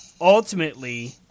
ultimately